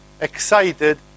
excited